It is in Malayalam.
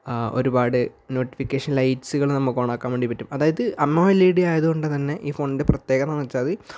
ആ ഒരുപാട് നോട്ടിഫിക്കേഷൻ ലൈറ്റ്സുകൾ നമുക്ക് ഓണാക്കാൻ വേണ്ടി പറ്റും അതായത് അമോലെഡ് ആയതുകൊണ്ട് ഈ ഫോണിൻ്റെ പ്രത്യേകത എന്നു വെച്ചാൽ